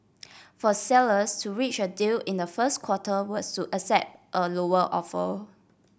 for sellers to reach a deal in the first quarter was to accept a lower offer